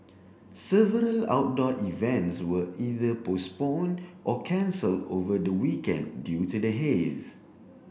several outdoor events were either postponed or cancelled over the weekend due to the haze